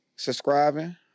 subscribing